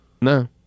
No